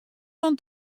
fan